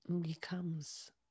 becomes